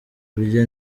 kurya